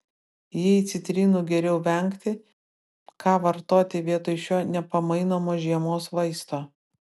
jei citrinų geriau vengti ką vartoti vietoj šio nepamainomo žiemos vaisto